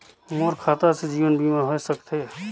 मोर खाता से जीवन बीमा होए सकथे?